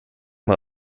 mal